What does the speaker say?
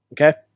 Okay